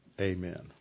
amen